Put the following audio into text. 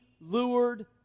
lured